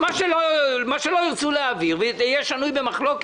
מה שלא ירצו להעביר ואני אומר את זה מראש ויהיה שנוי במחלוקת,